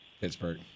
Pittsburgh